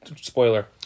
spoiler